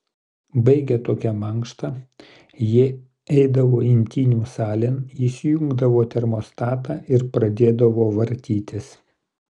baigę tokią mankštą jie eidavo imtynių salėn įsijungdavo termostatą ir pradėdavo vartytis